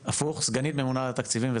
מצאתם עד עכשיו שום מקור תקציבי ל-40 מיליון האלה?